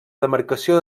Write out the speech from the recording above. demarcació